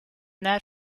that